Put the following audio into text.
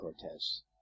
Cortez